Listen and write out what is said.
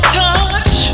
touch